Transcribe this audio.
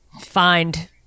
find